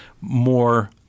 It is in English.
more